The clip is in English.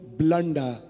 blunder